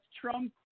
Trump